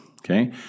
Okay